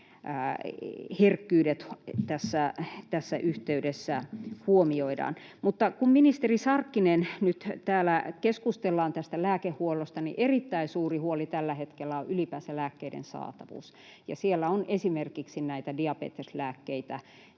herkkyydet tässä yhteydessä huomioidaan. Ministeri Sarkkinen, kun täällä nyt keskustellaan tästä lääkehuollosta, niin erittäin suuri huoli tällä hetkellä on ylipäänsä lääkkeiden saatavuus, ja siellä on esimerkiksi näitä diabeteslääkkeitä,